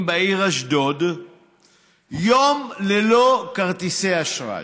בעיר אשדוד יום ללא כרטיסי אשראי.